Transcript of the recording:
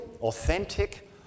authentic